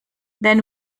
then